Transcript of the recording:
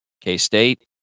K-State